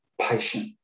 patient